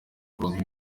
kuronka